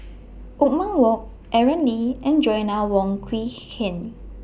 Othman Wok Aaron Lee and Joanna Wong Quee Heng